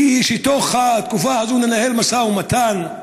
כדי שבתוך התקופה הזאת נקיים משא ומתן,